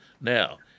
Now